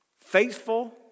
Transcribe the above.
Faithful